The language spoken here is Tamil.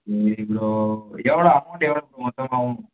சரி ப்ரோ எவ்வளோ அமௌண்ட்டு எவ்வளோ இதுக்கு மொத்தமாக ஆகும்